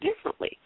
differently